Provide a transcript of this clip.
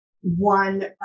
one